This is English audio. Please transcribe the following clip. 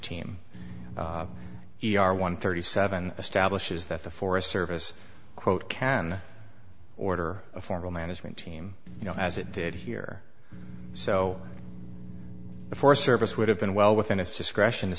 team e r one thirty seven establishes that the forest service quote can order a formal management team you know as it did here so the forest service would have been well within its discretion to